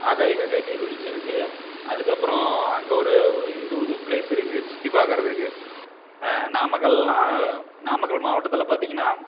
ஆகாய கங்கை நீர்வீழ்ச்சி இருக்கு அதற்கப்பறம் அங்கே ஒரு ஒரு இருபது ப்ளேஸ் இருக்கு சுற்றிப் பார்க்கறதுக்கு நாமக்கல்னா நாமக்கல் மாவட்டத்தில் பார்த்தீங்கன்னா